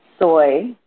Soy